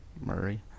Murray